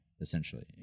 Essentially